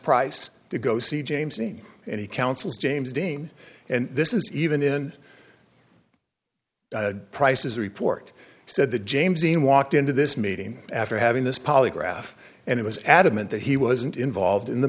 price to go see james dean and he counsels james dean and this is even in prices report said the james dean walked into this meeting after having this polygraph and it was adamant that he wasn't involved in the